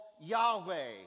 Yahweh